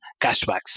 cashbacks